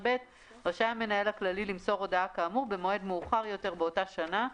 רשאי המנהל הכללי למסור הודעה כאמור במועד מאוחר יותר באותה שנה,